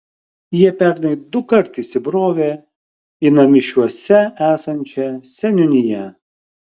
jie pernai dukart įsibrovė į namišiuose esančią seniūniją